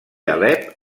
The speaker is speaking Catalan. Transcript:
alep